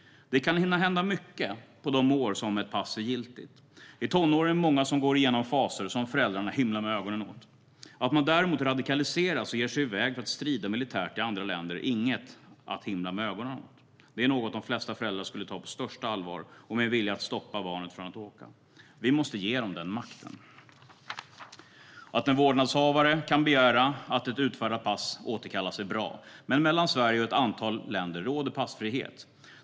Det kan hinna hända mycket på de år som ett pass är giltigt. I tonåren är det många som går igenom faser som föräldrarna himlar med ögonen åt. Att man däremot radikaliseras och ger sig iväg för att strida militärt i andra länder är inget att himla med ögonen åt. Det är något de flesta föräldrar skulle ta på största allvar, och de skulle ha en vilja att stoppa barnet från att åka. Vi måste ge dem den makten. Att en vårdnadshavare kan begära att ett utfärdat pass återkallas är bra, men mellan Sverige och ett antal länder råder passfrihet.